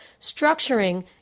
structuring